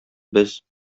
без